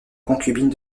concubine